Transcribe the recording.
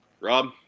Rob